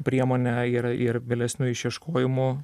priemonę yra ir vėlesniu išieškojimu